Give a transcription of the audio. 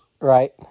Right